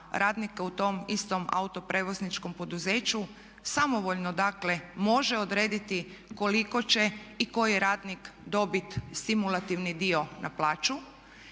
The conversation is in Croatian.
u tom istom autoprijevozničkom poduzeću samovoljno dakle može odrediti koliko će i koji radnik dobit stimulativni dio na plaću.